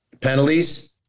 penalties